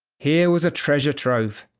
here was a treasure trove,